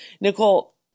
Nicole